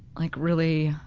like really